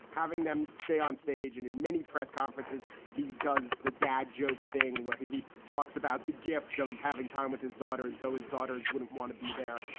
having them stay onstage. and in many press conferences, he does the dad joke thing where he talks about the gift of having time with his daughters, though his daughters wouldn't want to be there.